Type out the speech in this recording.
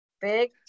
big